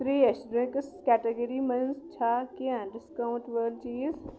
ترٛیش گریٹس کیٹَگری مَنٛز چھا کیٚنٛہہ ڈِسکاوُنٛٹ وٲلۍ چیٖز